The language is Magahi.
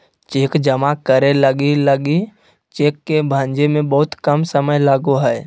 चेक जमा करे लगी लगी चेक के भंजे में बहुत कम समय लगो हइ